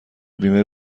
بیمه